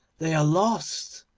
they are lost,